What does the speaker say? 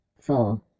four